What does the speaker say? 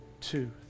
two